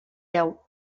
deu